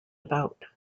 about